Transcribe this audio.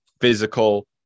physical